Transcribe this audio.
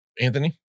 Anthony